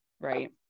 Right